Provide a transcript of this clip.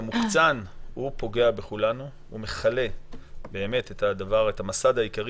המוקצן פוגע בכולנו ומכלה את המסד העיקרי